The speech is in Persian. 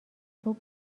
توپ